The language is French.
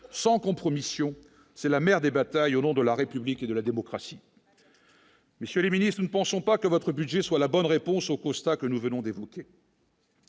sans compromission, c'est la mère des batailles au nom de la République et de la démocratie, monsieur le Ministre ne pensons pas que votre budget soit la bonne réponse au Costa que nous venons d'évoquer.